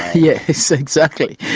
yes, exactly.